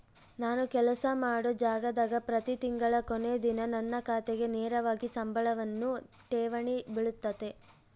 ನಾನು ಕೆಲಸ ಮಾಡೊ ಜಾಗದಾಗ ಪ್ರತಿ ತಿಂಗಳ ಕೊನೆ ದಿನ ನನ್ನ ಖಾತೆಗೆ ನೇರವಾಗಿ ಸಂಬಳವನ್ನು ಠೇವಣಿ ಬಿಳುತತೆ